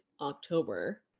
October